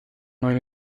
nine